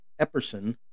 Epperson